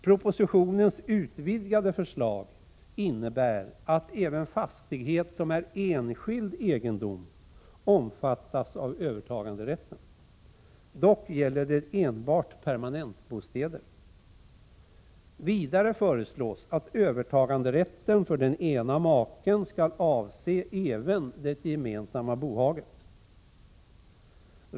Propositionens utvidgade förslag innebär att även fastighet som är enskild egendom omfattas av övertaganderätten. Dock gäller det enbart permanentbostäder. Vidare föreslås att övertaganderätten för den ena maken skall avse även det gemensamma bohaget.